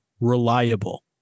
reliable